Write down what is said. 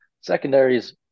Secondaries